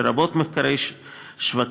לרבות מחקרי שווקים,